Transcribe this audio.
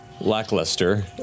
lackluster